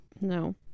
No